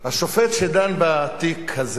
השופט שדן בתיק הזה